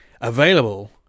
available